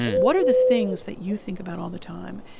what are the things that you think about all the time?